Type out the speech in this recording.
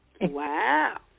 Wow